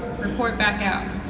report back out.